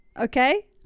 Okay